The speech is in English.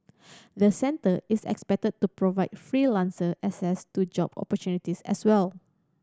the centre is expected to provide freelancer access to job opportunities as well